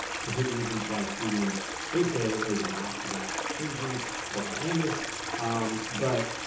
three reasons why shooting eight k is not that crazy or outlandish um but